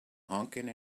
honking